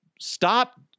Stop